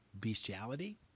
bestiality